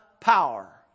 power